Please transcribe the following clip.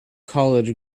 college